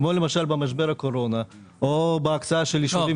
כמו למשל במשבר הקורונה או בהקצאה של ישובים